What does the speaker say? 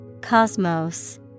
Cosmos